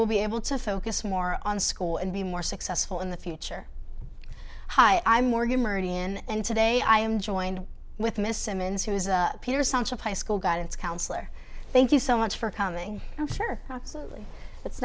will be able to focus more on school and be more successful in the future hi i'm morgan murder in and today i am joined with miss simmons who is peter central high school guidance counselor thank you so much for coming i'm sure absolutely it's